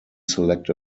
select